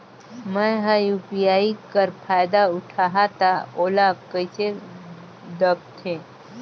मैं ह यू.पी.आई कर फायदा उठाहा ता ओला कइसे दखथे?